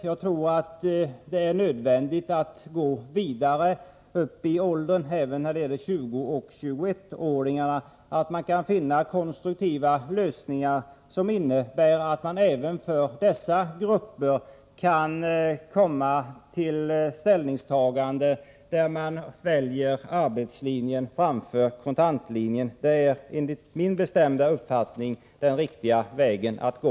Jag tror att det är nödvändigt att gå vidare upp i åldrarna, även till 20-21-åringarna, och att finna konstruktiva lösningar som innebär att även dessa grupper kan komma till ställningstaganden att de väljer arbetslinjen framför kontantlinjen. Det är enligt min bestämda uppfattning den riktiga vägen att gå.